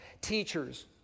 teachers